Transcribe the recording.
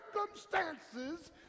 circumstances